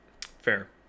Fair